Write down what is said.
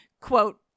quote